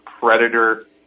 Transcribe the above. predator